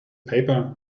paper